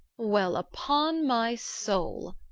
well upon my soul!